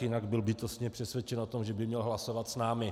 Jinak byl bytostně přesvědčen o tom, že by měl hlasovat s námi.